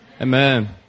Amen